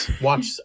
Watch